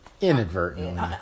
Inadvertently